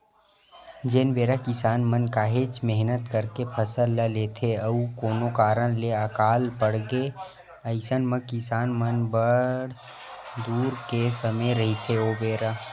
जेन बेरा किसान मन काहेच मेहनत करके फसल ल लेथे अउ कोनो कारन ले अकाल पड़गे अइसन म किसान मन बर बड़ दुख के समे रहिथे ओ बेरा